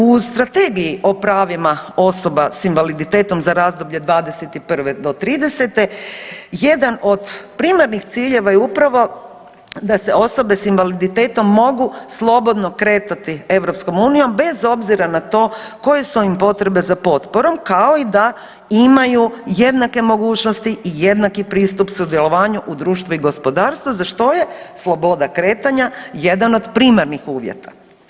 U Strategiji o pravima osoba sa invaliditetom za razdoblje 2021. do tridesete jedan od primarnih ciljeva je upravo da se osobe sa invaliditetom mogu slobodno kretati EU bez obzira na to koje su im potrebe za potporom kao i da imaju jednake mogućnosti i jednaki pristup sudjelovanju u društvu i gospodarstvu za što je sloboda kretanja jedan od primarnih uvjeta.